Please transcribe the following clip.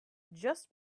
just